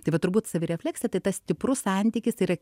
tai va turbūt savirefleksija tai tas stiprus santykis yra